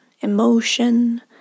emotion